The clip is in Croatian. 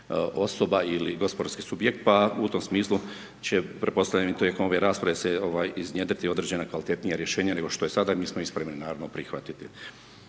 osoba ili gospodarski subjekt pa u tom smislu će pretpostavljam i tijekom ove rasprave iznjedriti određena kvalitetnija rješenja nego što je sada i mi smo ih spremni naravno prihvatiti.